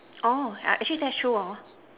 orh actually that's true hor